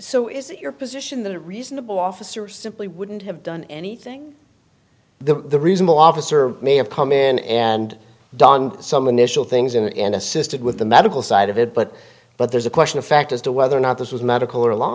so is it your position that a reasonable officer simply wouldn't have done anything the reasonable officer may have come in and done some initial things in and assisted with the medical side of it but but there's a question of fact as to whether or not this was medical or law